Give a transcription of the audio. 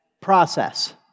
process